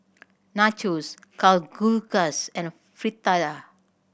Nachos Kalguksu and Fritada